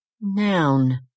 Noun